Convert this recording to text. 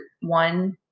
one